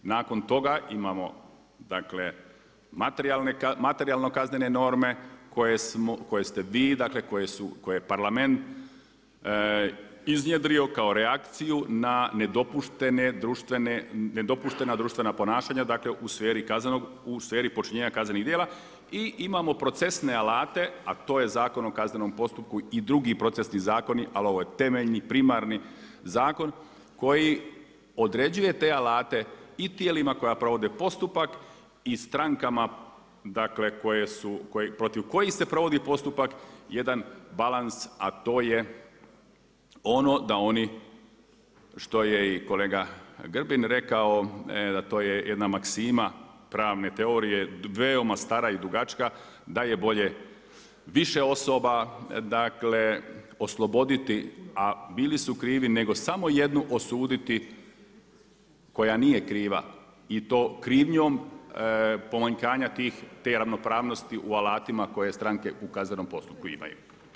Nakon toga imamo dakle materijalno kaznene norme koje ste vi, dakle koje je Parlament iznjedrio kao reakciju na nedopuštena društvena ponašanja dakle u sferi počinjenja kaznenih djela i imamo procesne alate a to je Zakon o kaznenom postupku i drugi procesni zakoni ali ovo je temeljni, primarni zakon koji određuje te alate i tijelima koja provode postupak i strankama, dakle koje su, protiv kojih se provodi postupak, jedan balans a to je ono da oni što je i kolega Grbin rekao, da to je jedna maksima pravne teorije, veoma stara i dugačka, da je bolje više osoba dakle osloboditi a bili su krivi nego samo jednu osuditi koja nije kriva i to krivnjom pomanjkanja te ravnopravnosti u alatima koje stranke u kaznenom postupku imaju.